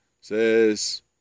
says